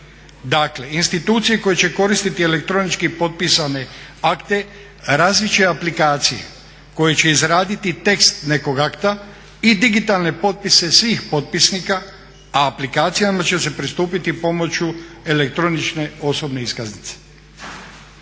Dakle, institucije koje će koristiti elektronički potpisane akte razvit će aplikacije koje će izraditi tekst nekog akta i digitalne potpise svih potpisnika, a aplikacijama će pristupiti pomoću elektroničke osobne iskaznice.